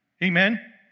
Amen